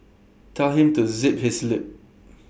tell him to zip his lip